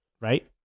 Right